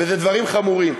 ואלה דברים חמורים.